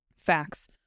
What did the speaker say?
Facts